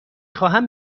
خواهم